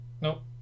nope